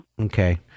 okay